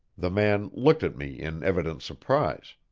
the man looked at me in evident surprise.